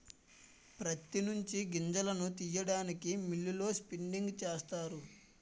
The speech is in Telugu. ప్రత్తి నుంచి గింజలను తీయడానికి మిల్లులలో స్పిన్నింగ్ చేస్తారు